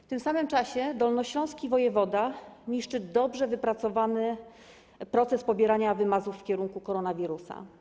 W tym samym czasie dolnośląski wojewoda niszczy dobrze wypracowany proces pobierania wymazów w kierunku koronawirusa.